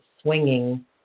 swinging